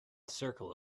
circle